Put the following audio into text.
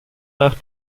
nach